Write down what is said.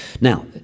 Now